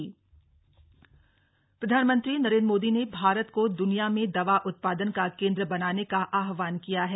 दवा उत्पादन आह्वान प्रधानमंत्री नरेन्द्र मोदी ने भारत को दूनिया में दवा उत्पादन का केन्द्र बनाने का आहववान किया है